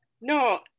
No